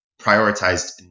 prioritized